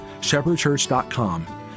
shepherdchurch.com